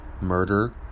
murder